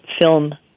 film